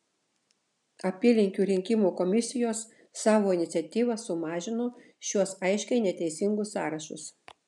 apylinkių rinkimų komisijos savo iniciatyva sumažino šiuos aiškiai neteisingus sąrašus